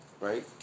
Right